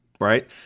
right